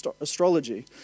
astrology